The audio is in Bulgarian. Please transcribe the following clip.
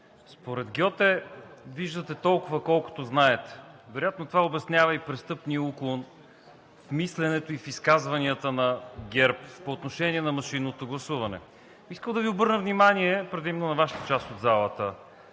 Според Гьоте виждате толкова, колкото знаете. Вероятно това обяснява и престъпния уклон в мисленето и в изказванията на ГЕРБ по отношение на машинното гласуване. Искам да Ви обърна внимание, предимно на Вашата част от залата,